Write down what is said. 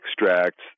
extracts